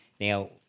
Now